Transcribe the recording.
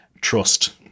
trust